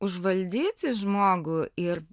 užvaldyti žmogų ir